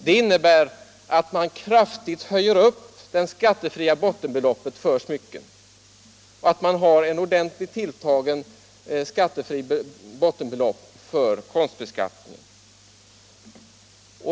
Det innebär att man kraftigt höjer det skattefria bottenbeloppet för smycken och att man har ett ordentligt tilltaget skattefritt bottenbelopp för konstbeskattning.